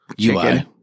UI